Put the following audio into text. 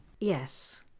Yes